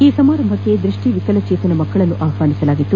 ಈ ಸಮಾರಂಭಕ್ಕೆ ದೃಷ್ಟಿ ವಿಕಲಚೇತನ ಮಕ್ಕಳನ್ನು ಆಹ್ವಾನಿಸಲಾಗಿತ್ತು